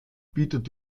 bietet